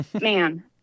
man